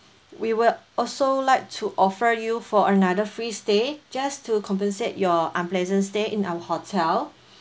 we would also like to offer you for another free stay just to compensate your unpleasant stay in our hotel